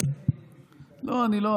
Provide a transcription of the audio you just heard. למדתי מכם, כשאתם הייתם יושבים כאן, לא, אני לא.